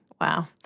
Wow